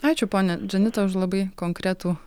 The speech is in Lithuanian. ačiū ponia džanita už labai konkretų